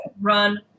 run